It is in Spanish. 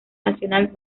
nacional